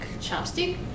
chopstick